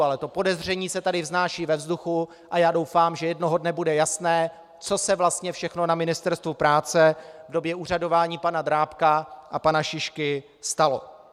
Ale to podezření se tady vznáší ve vzduchu a já doufám, že jednoho dne bude jasné, co se vlastně všechno na Ministerstvu práce v době úřadování pana Drábka a pana Šišky stalo.